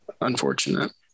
Unfortunate